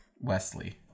wesley